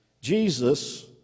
Jesus